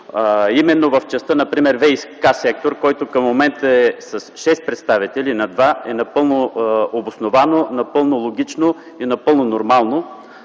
именно в частта ВиК сектор, който към момента е с шест представители на два е напълно обосновано, напълно логично и напълно нормално,